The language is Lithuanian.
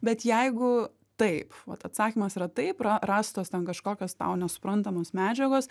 bet jeigu taip vat atsakymas yra taip ra rastos ten kažkokios tau nesuprantamos medžiagos